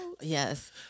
Yes